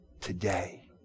today